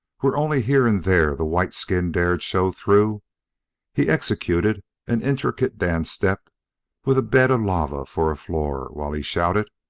where only here and there the white skin dared show through he executed an intricate dance-step with a bed of lava for a floor, while he shouted